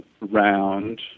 round